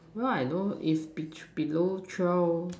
well I know if below twelve